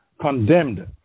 condemned